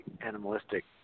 animalistic